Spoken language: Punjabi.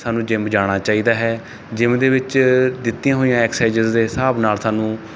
ਸਾਨੂੰ ਜਿਮ ਜਾਣਾ ਚਾਹੀਦਾ ਹੈ ਜਿਮ ਦੇ ਵਿੱਚ ਦਿੱਤੀਆਂ ਹੋਈਆਂ ਐਕਸਾਈਜਜ਼ ਦੇ ਹਿਸਾਬ ਨਾਲ ਸਾਨੂੰ